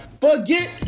forget